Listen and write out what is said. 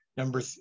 number